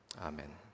Amen